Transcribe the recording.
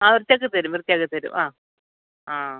ആ വൃത്തിയാക്കി തരും വൃത്തിയാക്കി തരും ആ ആ